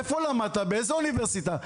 איפה למדת, באיזו אוניברסיטה?